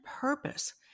purpose